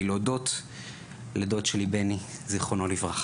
להודות לדוד שלי בני זיכרונו לברכה,